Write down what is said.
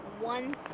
one